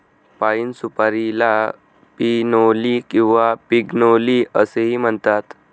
पाइन सुपारीला पिनोली किंवा पिग्नोली असेही म्हणतात